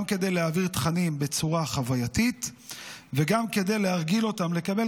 גם כדי להעביר תכנים בצורה חווייתית וגם כדי להרגיל אותם לקבל